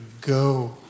go